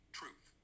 truth